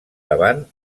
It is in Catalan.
davant